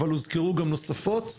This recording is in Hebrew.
אבל הוזכרו גם נוספות.